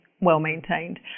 well-maintained